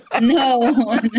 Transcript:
No